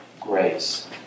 grace